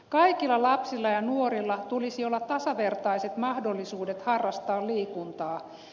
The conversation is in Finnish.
kaikilla lapsilla ja nuorilla tulisi olla tasavertaiset mahdollisuudet harrastaa liikuntaa